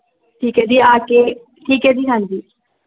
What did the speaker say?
ਠੀਕ ਹੈ ਜੀ ਆ ਕੇ ਠੀਕ ਹੈ ਜੀ ਹਾਂਜੀ